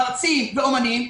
מרצים ואומנים,